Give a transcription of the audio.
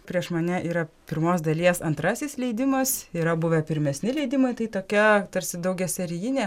prieš mane yra pirmos dalies antrasis leidimas yra buvę pirmesni leidimai tai tokia tarsi daugiaserijinė